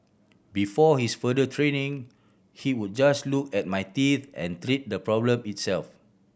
before his further training he would just look at my teeth and treat the problem itself